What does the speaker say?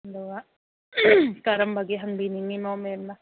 ꯑꯗꯨꯒ ꯀꯔꯝꯕꯒꯤ ꯍꯪꯕꯤꯅꯤꯡꯂꯤꯅꯣ ꯃꯦꯝꯅ